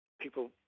People